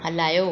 हलायो